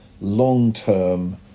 long-term